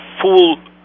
full